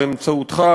באמצעותך,